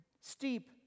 steep